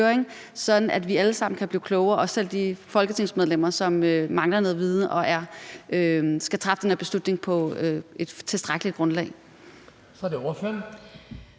sådan at vi alle sammen kan blive klogere, også de folketingsmedlemmer, som mangler noget viden og skal træffe den her beslutning på et tilstrækkelig oplyst grundlag.